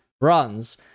runs